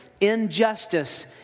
injustice